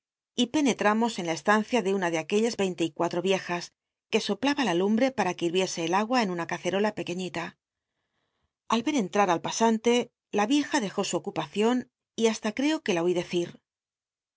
y penetramos en la estancia de una de aquellas veirrte y cuatro viejas que soplaba la lumbre pam que hirviese el agua en una cacerola pequeñita al ver entrar al pasande una c te la vieja dejó su ocupacion y hasta crco que la oí decir